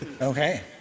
Okay